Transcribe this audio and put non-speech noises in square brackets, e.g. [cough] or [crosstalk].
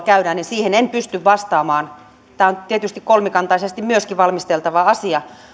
[unintelligible] käydään en pysty vastaamaan tämä myöskin on tietysti kolmikantaisesti valmisteltava asia